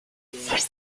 transgender